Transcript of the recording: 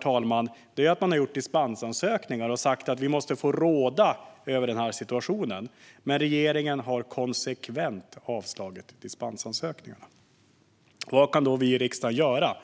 Kommunen har då gjort dispensansökningar och sagt: Vi måste få råda över den här situationen. Men regeringen har konsekvent avslagit dispensansökningarna. Vad kan då vi i riksdagen göra?